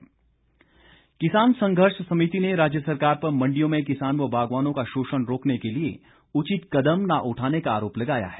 संघर्ष समिति किसान संघर्ष समिति ने राज्य सरकार पर मंडियों में किसानों व बागवानों का शोषण रोकने के लिए उचित कदम न उठाने का आरोप लगाया है